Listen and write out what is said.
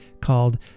called